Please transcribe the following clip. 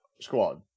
squad